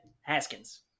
Haskins